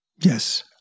Yes